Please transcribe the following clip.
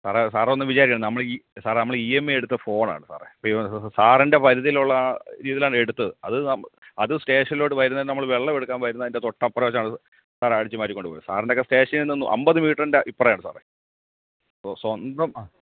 സാറെ സാറൊന്നും വിചാരിക്കണ്ട നമ്മളീ സാറെ നമ്മൾ ഇ എം ഐ എടുത്ത ഫോണാണ് സാറേ സാറിൻ്റെ പരിധിയിലുള്ള ആ രീതിയിലാണെടുത്തത് അത് നം അത് സ്റ്റേഷനിലോട്ട് വരുന്ന നമ്മൾ വെള്ളമെടുക്കാൻ വരുന്നതിൻ്റെ തൊട്ടപ്പുറത്തു വെച്ചാണ് അത് സാറെ അടിച്ചു മാറ്റിക്കൊണ്ടു പോയത് സാറിൻറ്റെയൊക്കെ സ്റ്റേഷനിൽ നിന്നും അൻപത് മീറ്ററിൻ്റെ ഇപ്പുറയാണ് സാറേ ഓ സ്വന്തം ആ